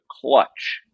clutch